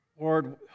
Lord